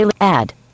add